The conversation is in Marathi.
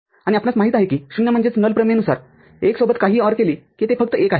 आणि आपणास माहित आहे की शून्य प्रमेय नुसार १ सोबत काहीही OR केले कि ते फक्त १ आहे